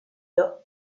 dio